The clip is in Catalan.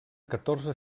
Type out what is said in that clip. catorze